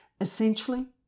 Essentially